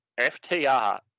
FTR